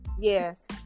Yes